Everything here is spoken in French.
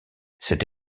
cette